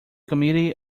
committee